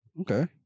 Okay